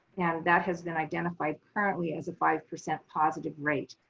that has been identified currently as a five percent positive rate.